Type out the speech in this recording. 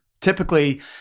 typically